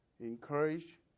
encourage